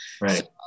Right